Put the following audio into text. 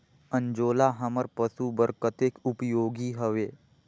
अंजोला हमर पशु बर कतेक उपयोगी हवे?